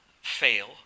Fail